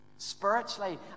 Spiritually